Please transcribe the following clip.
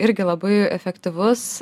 irgi labai efektyvus